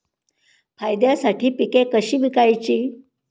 फायद्यासाठी पिके कशी विकायची?